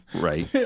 Right